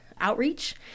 outreach